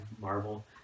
Marvel